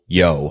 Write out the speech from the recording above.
yo